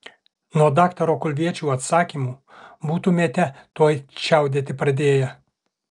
nuo daktaro kulviečio atsakymų būtumėte tuoj čiaudėti pradėję